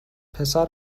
پسر